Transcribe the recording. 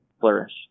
flourish